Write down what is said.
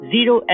Zero